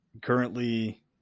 currently